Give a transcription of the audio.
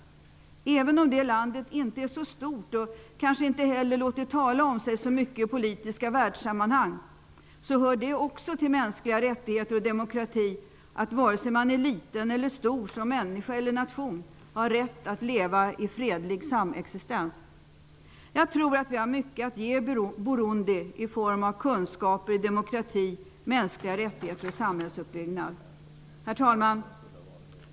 Även om det landet inte är så stort och kanske inte heller låtit tala om sig så mycket i politiska världssammanhang, hör det också till mänskliga rättigheter och demokrati att man, vare sig man är liten eller stor som människa eller nation, har rätt att leva i fredlig samexistens. Jag tror att vi har mycket att ge Burundi i form av kunskaper i demokrati, mänskliga rättigheter och samhällsuppbyggnad. Herr talman!